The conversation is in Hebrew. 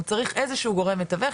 הוא צריך איזה שהוא גורם מתווך,